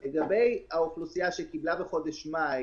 מה,